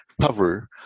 cover